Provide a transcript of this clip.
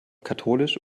katholisch